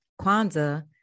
Kwanzaa